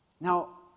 Now